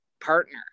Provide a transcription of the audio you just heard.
partner